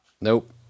Nope